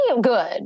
good